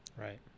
Right